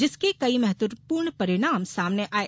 जिसके कई महत्वपूर्ण परिणाम सामने आये